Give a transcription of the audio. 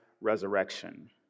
resurrection